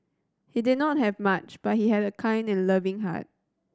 he did not have much but he had a kind and loving heart